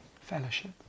Fellowship